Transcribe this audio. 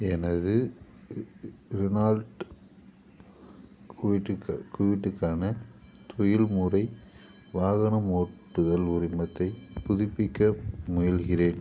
எனது ரெனால்ட் க்விட்டுக்கு க்விட்டுக்கான தொழில்முறை வாகனம் ஓட்டுதல் உரிமத்தைப் புதுப்பிக்க முயல்கிறேன்